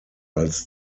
als